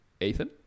Ethan